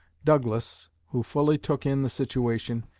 douglas, who fully took in the situation,